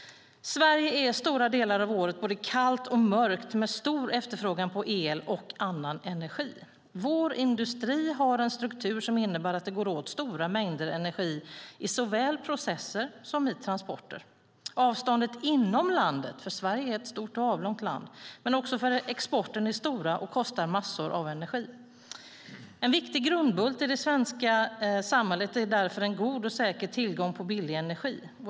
Sverige är under stora delar av året både kallt och mörkt med stor efterfrågan på el och annan energi. Vår industri har en struktur som innebär att det går åt stora mängder energi i såväl processer som i transporter. Avstånden inom landet - Sverige är ett stort och avlångt land - men också för exporten är stora och kostar massor av energi. En viktig grundbult i det svenska samhället är därför en god och säker tillgång på billig energi.